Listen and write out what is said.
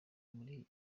muri